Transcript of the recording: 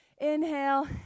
inhale